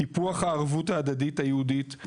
טיפוח הערבות ההדדית היהודית,